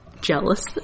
jealous